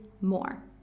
more